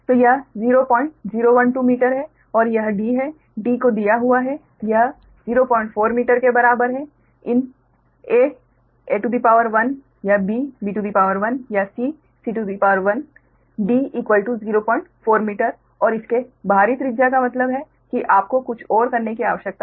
तो यह 0012 मीटर है और यह d है d को दिया हुआ है यह 04 मीटर के बराबर है इन aa या bb या cc d 04 मीटर और इसके बाहरी त्रिज्या का मतलब है कि आपको कुछ और करने की आवश्यकता नहीं है